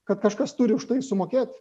kad kažkas turi už tai sumokėt